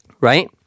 right